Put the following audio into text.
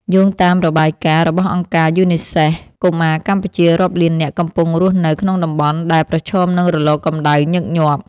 យោងតាមរបាយការណ៍របស់អង្គការយូនីសេហ្វ កុមារកម្ពុជារាប់លាននាក់កំពុងរស់នៅក្នុងតំបន់ដែលប្រឈមនឹងរលកកម្ដៅញឹកញាប់។